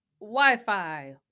Wi-Fi